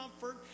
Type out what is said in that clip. comfort